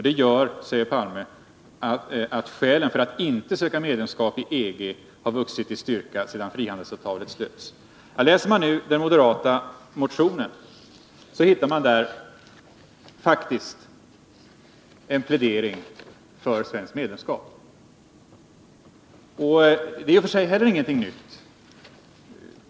Det gör, säger Olof Palme, att skälen till att inte söka medlemskap i EG har vuxit i styrka sedan frihandelsavtalet slöts. Läser man den moderata motionen hittar man där faktiskt en plädering för svenskt medlemskap. Det är i och för sig heller ingenting nytt.